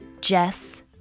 Jess